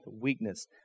weakness